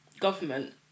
government